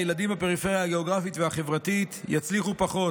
הילדים בפריפריה הגיאוגרפית והחברתית יצליחו פחות,